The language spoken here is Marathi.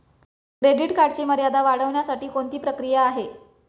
क्रेडिट कार्डची मर्यादा वाढवण्यासाठी कोणती प्रक्रिया आहे?